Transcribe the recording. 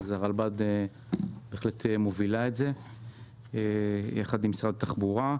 והרלב"ד בהחלט מוביל את זה יחד עם משרד התחבורה.